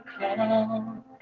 come